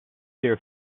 their